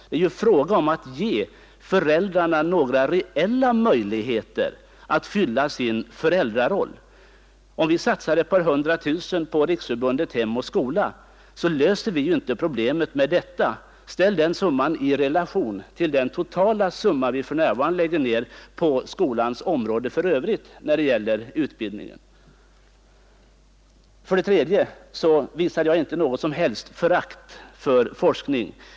Det är ju fråga om att ge föräldrarna några reella möjligheter att fylla sin föräldraroll. Om vi satsar ett par hundra tusen kronor på Riksförbundet Hem och skola löser vi ju inte problemet med detta. Ställ den summan i relation till den totala summa vi för närvarande lägger ned på skolans område för övrigt när det gäller utbildningen. För det tredje visade jag inte något som helst förakt för forskning.